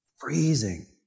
freezing